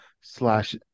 slash